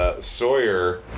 Sawyer